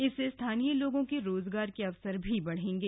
इससे स्थानीय लोगों के रोजगार के अवसर भी बढ़ेंगे